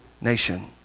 nation